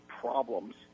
problems